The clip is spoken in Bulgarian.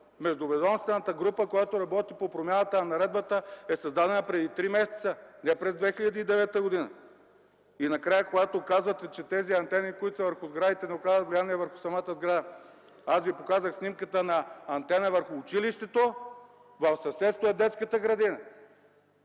Междуведомствената група, която работи по промяната на наредбата, е създадена преди три месеца, а не през 2009 г. Накрая, казвате, че антените, които са върху сградите, не оказват влияние върху самата сграда. Аз ви показах снимката на антена върху училището, в съседство е детската градина.